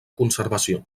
conservació